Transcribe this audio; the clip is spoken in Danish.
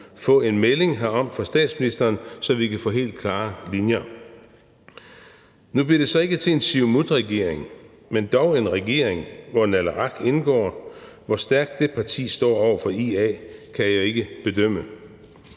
få en melding herom fra statsministeren, så vi kan få helt klare linjer. Kl. 14:49 Nu blev det så ikke til en Siumutregering, men dog en regering, hvor Naleraq indgår. Hvor stærkt det parti står over for IA, kan jeg ikke bedømme.